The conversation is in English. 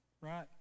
Right